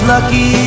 Lucky